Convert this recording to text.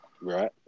Right